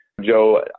Joe